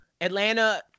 Atlanta